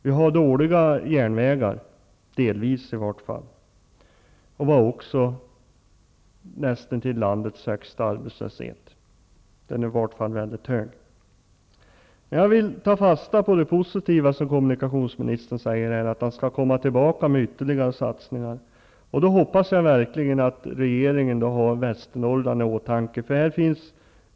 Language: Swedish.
Vi har dåliga järnvägar, delvis i vart fall, och vi har också nästintill landets högsta arbetslöshet -- den är i vart fall mycket hög. Men jag vill också ta fasta på det positiva kommunikationsministern säger här, att han skall komma tillbaka med ytterligare satsningar. Då hoppas jag verkligen att han har Västernorrland i åtanke.